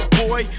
boy